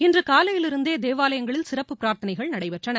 இன்று காலையிலிருந்தே தேவாலயங்களில் சிறப்புப் பிரார்த்தனைகள் நடைபெற்றன